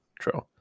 true